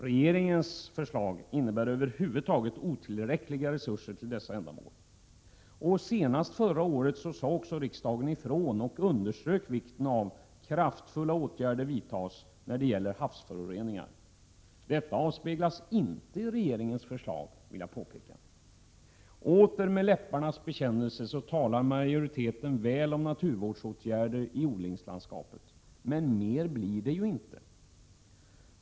Regeringens förslag innebär över huvud taget otillräckliga resurser till dessa ändamål. Senast förra året sade också riksdagen ifrån och underströk vikten av kraftfulla åtgärder när det gäller havsföroreningar. Detta avspeglas inte i regeringens förslag. Återigen med läpparnas bekännelse talar majoriteten väl om naturvårdsåtgärder i odlingslandskapet, men mer blir det inte!